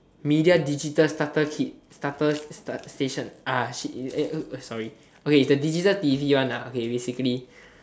media digital starter kit starter station ah shit eh sorry okay is the digital t_v one ah okay basically